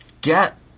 get